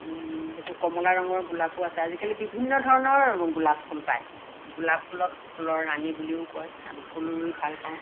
সেইটো কমলা ৰঙৰ গোলাপো আছে আজিকালি বিভিন্ন ধৰণৰ গোলাপ ফুল পায় গোলাপ ফুলক ফুলৰ ৰাণী বুলিও কয় ফুল ৰুই ভাল পাওঁ